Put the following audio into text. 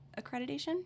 accreditation